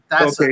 Okay